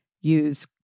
Use